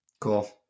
Cool